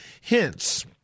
hence